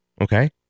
Okay